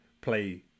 play